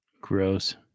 gross